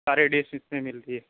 سارے ڈش اس میں ملتی ہے